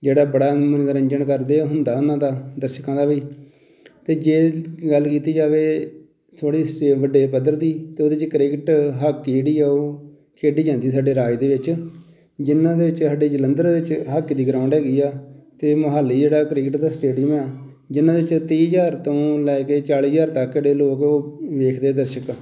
ਜਿਹੜਾ ਬੜਾ ਮਨੋਰੰਜਨ ਕਰਦੇ ਹੁੰਦਾ ਉਹਨਾਂ ਦਾ ਦਰਸ਼ਕਾਂ ਦਾ ਵੀ ਅਤੇ ਜੇ ਗੱਲ ਕੀਤੀ ਜਾਵੇ ਥੋੜ੍ਹੀ ਸਟੇ ਵੱਡੇ ਪੱਧਰ ਦੀ ਤਾਂ ਉਹਦੇ 'ਚ ਕ੍ਰਿਕਟ ਹਾਕੀ ਜਿਹੜੀ ਆ ਉਹ ਖੇਡੀ ਜਾਂਦੀ ਸਾਡੇ ਰਾਜ ਦੇ ਵਿੱਚ ਜਿਹਨਾਂ ਦੇ ਵਿੱਚ ਸਾਡੇ ਜਲੰਧਰ ਵਿੱਚ ਹਾਕੀ ਦੀ ਗਰਾਊਂਡ ਹੈਗੀ ਆ ਤੇ ਮੁਹਾਲੀ ਜਿਹੜਾ ਕ੍ਰਿਕਟ ਦਾ ਸਟੇਡੀਅਮ ਹੈ ਜਿਹਨਾਂ ਦੇ ਵਿੱਚ ਤੀਹ ਹਜ਼ਾਰ ਤੋਂ ਲੈ ਕੇ ਚਾਲੀ ਹਜ਼ਾਰ ਤੱਕ ਜਿਹੜੇ ਲੋਕ ਉਹ ਵੇਖਦੇ ਦਰਸ਼ਕ